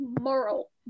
moral